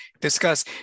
discuss